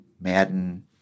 Madden